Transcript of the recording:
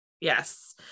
Yes